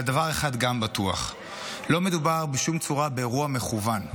אבל דבר אחד גם בטוח: לא מדובר בשום צורה באירוע מכוון.